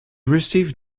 received